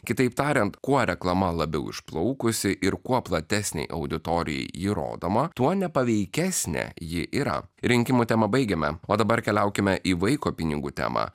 kitaip tariant kuo reklama labiau išplaukusi ir kuo platesnei auditorijai rodoma tuo nepaveikesnė ji yra rinkimų temą baigiame o dabar keliaukime į vaiko pinigų temą